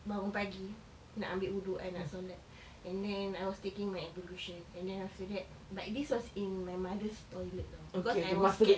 bangun pagi nak ambil wudhu kan nak solat and then I was taking my ablution and then after that but this was in my mother's toilet because I was scared